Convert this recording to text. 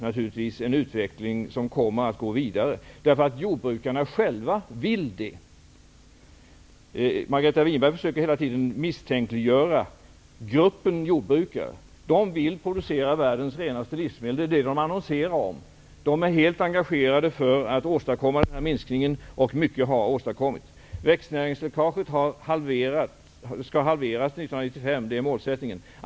Det är en utveckling som kommer att gå vidare, därför att jordbrukarna själva vill det. Margareta Winberg försöker hela tiden misstänkliggöra jordbrukarna. De vill producera världens renaste livsmedel. Det är det de annonserar om. De är helt engagerade i att åstadkomma denna minskning, och mycket har åstadkommits. Målsättningen är att växtnäringsläckaget skall halveras till 1995.